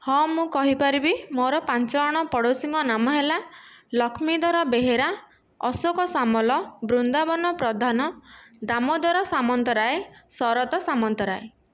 ହଁ ମୁଁ କହିପାରିବି ମୋର ପାଞ୍ଚଜଣ ପଡ଼ୋଶୀଙ୍କ ନାମ ହେଲା ଲକ୍ଷ୍ମୀଧର ବେହେରା ଅଶୋକ ସାମଲ ବୃନ୍ଦାବନ ପ୍ରଧାନ ଦାମୋଦର ସାମନ୍ତରାୟ ଶରତ ସାମନ୍ତରାୟ